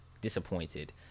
disappointed